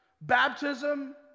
baptism